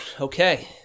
Okay